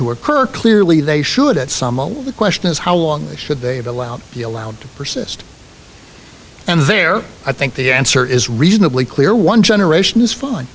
to occur clearly they should at some of the question is how long should they have allowed the allowed to persist and there i think the answer is reasonably clear one generation is fine